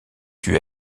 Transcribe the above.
due